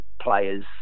players